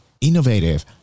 innovative